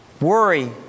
worry